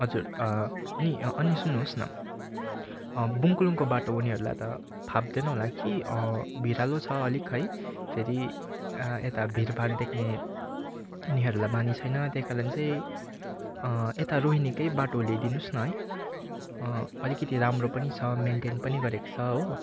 हजुर अनि अनि सुन्नुहोस् न बुङकुलुङको बाटो उनीहरूलाई त फाप्दैन होला कि भिरालो छ अलिक है फेरि यता भिडभाड देख्ने उनीहरूलाई बानी छैन त्यहीकारण चाहिँ यता रोहिणीकै बाटो ल्याइदिनुस् न है अलिकति राम्रो पनि छ मेन्टेन पनि गरेको छ हो